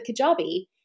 Kajabi